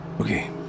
Okay